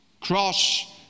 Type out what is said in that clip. cross